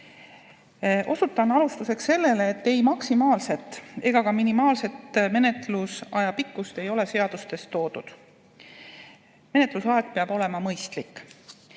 Osutan alustuseks sellele, et ei maksimaalset ega ka minimaalset menetlusaja pikkust ei ole seadustes toodud. Menetlusaeg peab olema mõistlik.